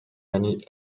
many